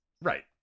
Right